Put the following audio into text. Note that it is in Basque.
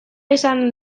izan